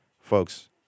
folks